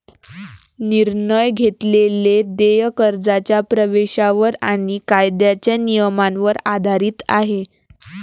निर्णय घेतलेले देय कर्जाच्या प्रवेशावर आणि कायद्याच्या नियमांवर आधारित आहे